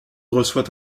reçoit